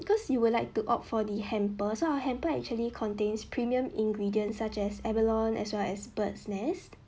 because you would like to opt for the hampers our hampers actually contains premium ingredients such as abalone as well as bird's nest